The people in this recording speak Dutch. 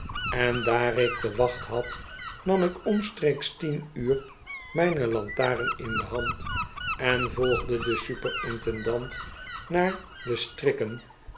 en daar ik de wacht had nam ik omstreeks tien uur mijne lantaren in de hand en volgde den super intendant naar de strikken